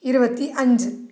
ഇരുപത്തി അഞ്ച്